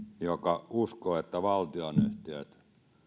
joka uskoo että valtionyhtiöt